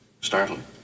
Startling